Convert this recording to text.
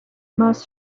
most